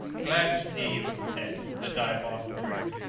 glad to see you! he said, with a diabolical grin.